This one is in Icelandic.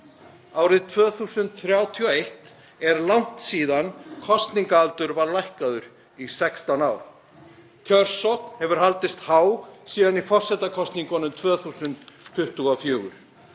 Árið 2031 er langt síðan kosningaaldur var lækkaður í 16 ár. Kjörsókn hefur haldist há síðan í forsetakosningunum 2024.